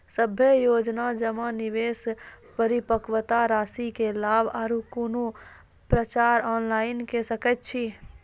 सभे योजना जमा, निवेश, परिपक्वता रासि के लाभ आर कुनू पत्राचार ऑनलाइन के सकैत छी?